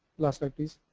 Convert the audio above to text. last slide please.